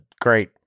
great